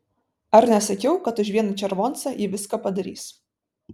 ar nesakiau kad už vieną červoncą ji viską padarys